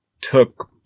took